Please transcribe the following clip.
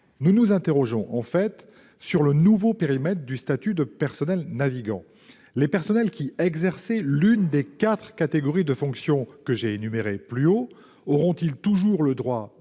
Nous nous interrogeons sur le nouveau périmètre du statut de personnel navigant. Les personnels qui exercent l'une des quatre catégories de fonction précédemment énumérées auront-ils toujours le droit